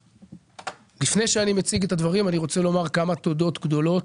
אני רוצה להגיד כמה תודות גדולות,